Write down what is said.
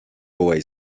boy